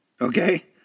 Okay